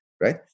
Right